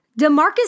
DeMarcus